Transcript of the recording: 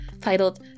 titled